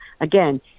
again